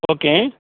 okay